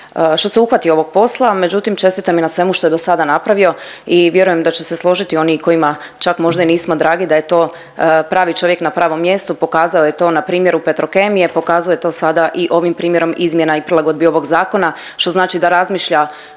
što se uhvatio ovog posla, međutim čestitam i na svemu što je do sada napravio i vjerujem da će se složiti oni kojima čak možda i nismo dragi, da je to pravi čovjek na pravom mjestu. Pokazao je to na primjeru Petrokemije, pokazao je to sada i ovim primjerom izmjena i prilagodbi ovog zakona što znači da razmišlja